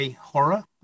horror